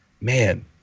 man